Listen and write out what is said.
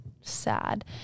sad